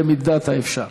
במידת האפשר.